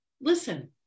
listen